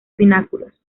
pináculos